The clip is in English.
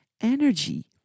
energy